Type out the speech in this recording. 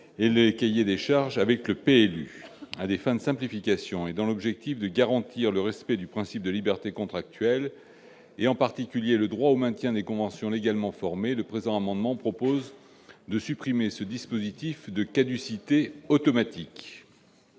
et les cahiers des charges avec le PLU. À des fins de simplification et dans l'objectif de garantir le respect du principe de liberté contractuelle, en particulier le droit au maintien des conventions légalement formées, le présent amendement vise à supprimer le dispositif de caducité automatique.